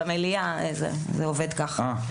במליאה זה עובד ככה --- אה,